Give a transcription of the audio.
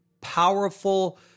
powerful